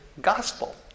gospel